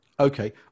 Okay